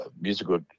musical